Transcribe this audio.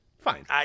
Fine